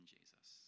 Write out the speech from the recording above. Jesus